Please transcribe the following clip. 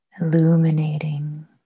illuminating